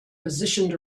positioned